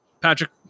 Patrick